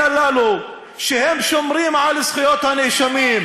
הללו הוא שהם שומרים על זכויות הנאשמים,